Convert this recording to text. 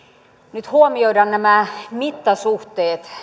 nyt huomioida nämä mittasuhteet